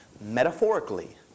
metaphorically